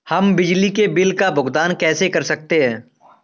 हम बिजली के बिल का भुगतान कैसे कर सकते हैं?